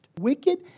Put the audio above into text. Wicked